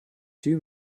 two